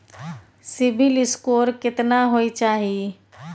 CIBIL score केतना होय चाही?